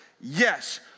Yes